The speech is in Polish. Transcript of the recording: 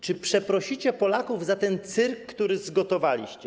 Czy przeprosicie Polaków za ten cyrk, który zgotowaliście?